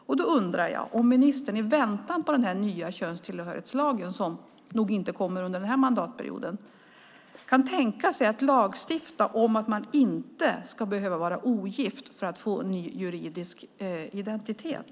Jag undrar om ministern i väntan på den nya könstillhörighetslagen, som nog inte kommer under den här mandatperioden, kan tänka sig att lagstifta om att man inte ska behöva vara ogift för att få ny juridisk identitet.